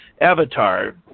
avatar